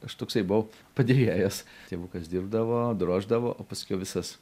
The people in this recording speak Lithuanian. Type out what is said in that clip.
aš toksai buvau padėjėjas tėvukas dirbdavo droždavo o paskiau visas